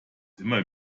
immer